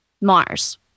Mars